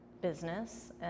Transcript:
business